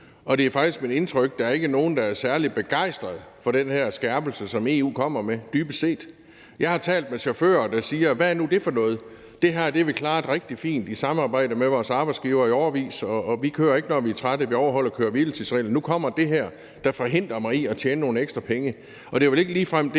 og det er faktisk mit indtryk, at der ikke er nogen, der er særlig begejstret for den her skærpelse, som EU kommer med, dybest set. Jeg har talt med chauffører, der siger: Hvad er nu det for noget? Det her har vi klaret rigtig fint i samarbejde med vores arbejdsgiver i årevis, og vi kører ikke, når vi er trætte. Vi overholder køre-hvile-tids-reglerne, og nu kommer det her, der forhindrer mig i at tjene nogle ekstra penge. Det er vel ikke ligefrem det,